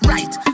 Right